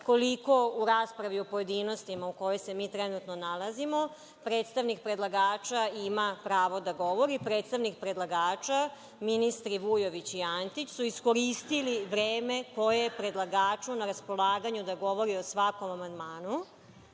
koliko u raspravi u pojedinostima u kojoj se trenutno nalazimo predstavnik predlagača ima pravo da govori. Predstavnik predlagača, ministri Vujović i Antić su iskoristili vreme koje je predlagaču na raspolaganju da govori o svakom amandmanu